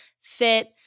fit